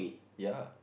ya